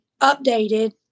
updated